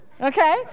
Okay